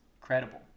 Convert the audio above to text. credible